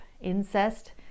incest